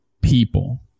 people